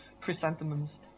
Chrysanthemums